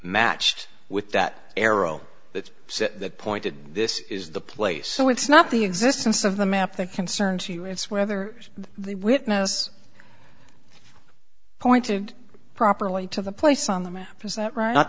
matched with that arrow that said that pointed this is the place so it's not the existence of the map that concerns you it's whether the witness pointed properly to the place on the map is that right not